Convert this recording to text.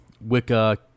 Wicca